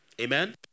amen